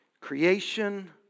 Creation